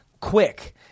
quick